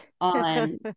on